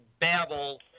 babble